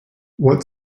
what